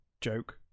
joke